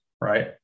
Right